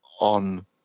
on